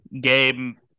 game